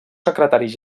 secretaris